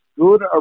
good